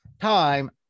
time